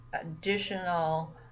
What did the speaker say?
additional